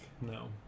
No